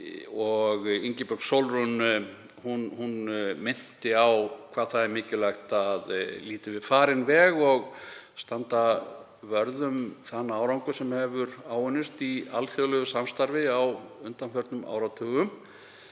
Ingibjörg Sólrún minnti á hvað það er mikilvægt að líta yfir farinn veg og standa vörð um þann árangur sem áunnist hefur í alþjóðlegu samstarfi á undanförnum áratugum.